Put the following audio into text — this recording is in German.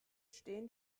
stehen